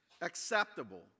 acceptable